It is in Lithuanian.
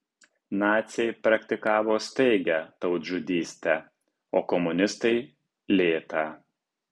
naciai praktikavo staigią tautžudystę o komunistai lėtą